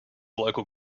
local